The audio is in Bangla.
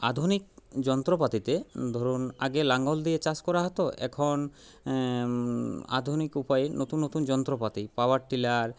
আধুনিক যন্ত্রপাতিতে ধরুন আগে লাঙ্গল দিয়ে চাষ করা হত এখন আধুনিক উপায় নতুন নতুন যন্ত্রপাতি পাওয়ার টিলার